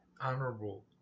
honorable